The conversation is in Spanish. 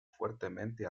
fuertemente